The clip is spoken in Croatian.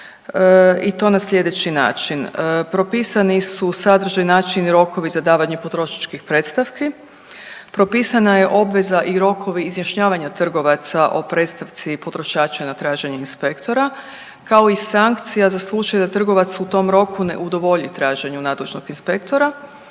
i to na sljedeći način. Propisani su sadržaj, način i rokovi za davanje potrošačkih predstavki, propisana je obveza i rokovi izjašnjavanja trgovaca o predstavci potrošača na traženje inspektora, kao i sankcija za slučaj da trgovac u tom roku ne udovolji traženju nadležnog inspektora.